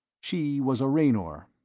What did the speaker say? she was a raynor.